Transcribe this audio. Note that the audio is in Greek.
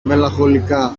μελαγχολικά